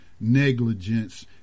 negligence